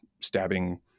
stabbing